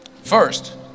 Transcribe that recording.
First